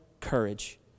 courage